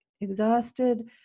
exhausted